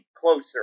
closer